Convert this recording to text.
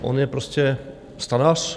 On je prostě stanař.